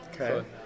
Okay